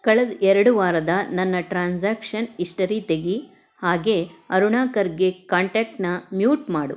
ಕಳೆದ ಎರಡು ವಾರದ ನನ್ನ ಟ್ರಾನ್ಸಾಕ್ಷನ್ ಹಿಸ್ಟರಿ ತೆಗಿ ಹಾಗೇ ಅರುಣಾ ಖರ್ಗೆ ಕಾಂಟ್ಯಾಕ್ಟನ್ನ ಮ್ಯೂಟ್ ಮಾಡು